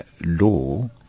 law